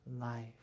life